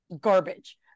garbage